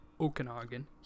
Okanagan